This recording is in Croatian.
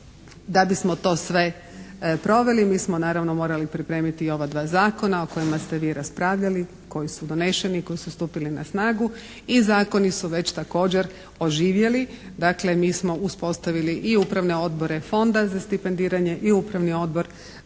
Da bismo to sve proveli mi smo naravno morali pripremiti i ova dva zakona o kojima ste vi raspravljali, koji su doneseni, koji su stupili na snagu i zakoni su već također oživjeli. Dakle mi smo uspostavili i upravne odbore Fonda za stipendiranje i Upravni odbor zaklade